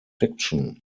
fiction